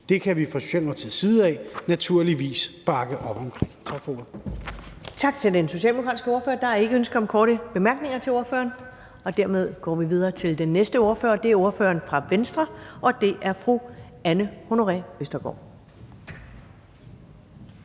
Det kan vi fra Socialdemokratiets side naturligvis bakke op om. Tak for ordet. Kl. 15:17 Første næstformand (Karen Ellemann): Tak til den socialdemokratiske ordfører. Der er ikke ønske om korte bemærkninger til ordføreren, og dermed går vi videre til den næste ordfører, som er ordføreren fra Venstre, fru Anne Honoré Østergaard.